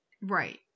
Right